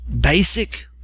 basic